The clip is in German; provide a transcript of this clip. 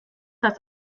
das